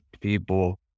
people